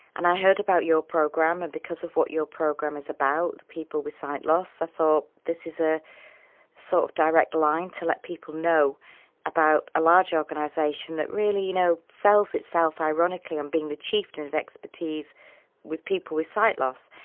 and i head about your programme and because of what your programme is about people with sight loss i thought this is a sort of direct line to let people know about a large organisation that really, you know, sells itself ironically on being the chieftain of expertise with people with sight loss.